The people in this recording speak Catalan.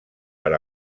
per